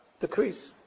decrease